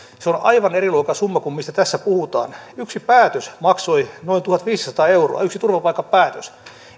se on aivan eri luokan summa kuin mistä tässä puhutaan yksi päätös maksoi noin tuhatviisisataa euroa yksi turvapaikkapäätös